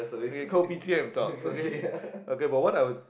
okay kopitiam talks okay but what our